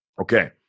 Okay